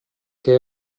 che